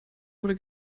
wurde